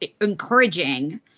encouraging